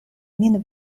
min